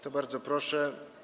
To bardzo proszę.